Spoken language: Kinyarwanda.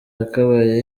yakabaye